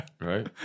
Right